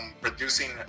producing